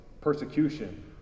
persecution